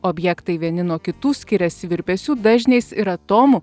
objektai vieni nuo kitų skiriasi virpesių dažniais ir atomų